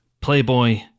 playboy